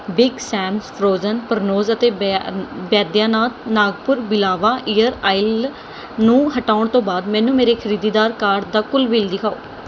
big Sam's frozen prawns ਅਤੇ ਬਿਆ ਬੈਦਿਆਨਾਥ ਨਾਗਪੁਰ ਬਿਲਾਵਾ ਈਅਰ ਆਇਲ ਨੂੰ ਹਟਾਉਣ ਤੋਂ ਬਾਅਦ ਮੈਨੂੰ ਮੇਰੇ ਖਰੀਦੀਦਾਰ ਕਾਰਟ ਦਾ ਕੁੱਲ ਬਿੱਲ ਦਿਖਾਓ